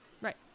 Right